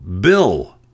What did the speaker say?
Bill